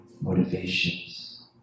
Motivations